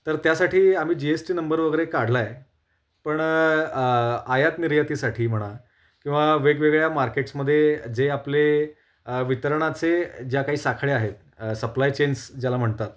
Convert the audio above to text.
तर त्यासाठी आम्ही जी एस टी नंबर वगैरे काढला आहे पण आयात निर्यातीसाठी म्हणा किंवा वेगवेगळ्या मार्केट्समध्ये जे आपले वितरणाचे ज्या काही साखळ्या आहेत सप्लाय चेन्स ज्याला म्हणतात